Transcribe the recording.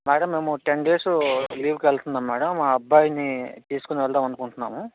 madam మేము ten days లీవుకెళ్తున్నాం madam మా అబ్బాయిని తీస్కుని వెళదాం అనుకుంటున్నాము